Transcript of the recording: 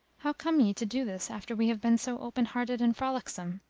how come ye to do this after we have been so open hearted and frolicksome?